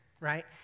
right